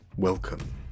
Welcome